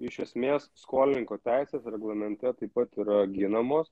iš esmės skolininko teisės reglamente taip pat yra ginamos